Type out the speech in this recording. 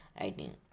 writing